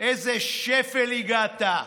לאיזה שפל הגעת.